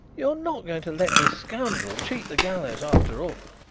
you are not going to let this scoundrel cheat the gallows after all?